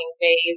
phase